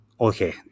okay